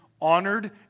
honored